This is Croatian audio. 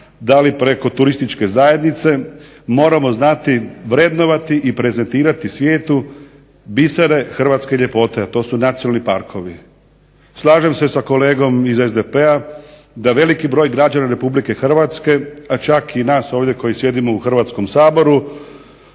da li preko turističke zajednice moramo znati vrednovati i prezentirati svijetu bisere hrvatske ljepote a to su nacionalni parkovi. Slažem se sa kolegom iz SDP-a da veliki broj građana Republike Hrvatske, a čak i nas ovdje koji sjedimo u Hrvatskom saboru